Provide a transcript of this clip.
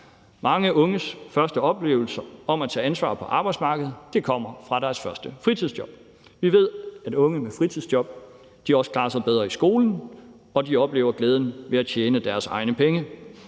Mange unges første oplevelser med at tage ansvar på arbejdsmarkedet kommer fra deres første fritidsjob. Vi ved, at unge med fritidsjob også klarer sig bedre i skolen, og de oplever glæden ved at tjene deres egne penge.